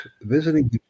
visiting